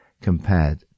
compared